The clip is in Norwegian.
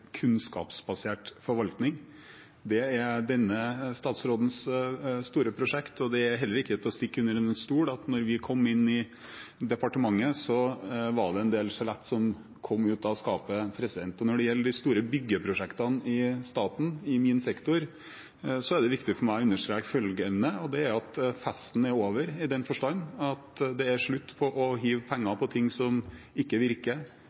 kunnskapsbasert forvaltning. Det er denne statsrådens store prosjekt, og det er heller ikke til å stikke under stol at da vi kom inn i departementet, var det en del skjelett som kom ut av skapet. Når det gjelder de store byggeprosjektene i staten, i min sektor, er det viktig for meg å understreke følgende: Festen er over i den forstand at det er slutt på å hive penger etter ting som ikke virker